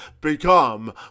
become